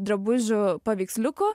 drabužių paveiksliukų